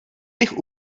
bych